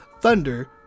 Thunder